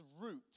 root